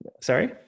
Sorry